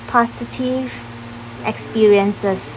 positive experiences